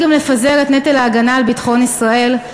יש לפזר את נטל ההגנה על ביטחון ישראל.